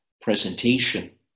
presentation